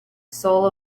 soul